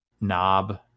knob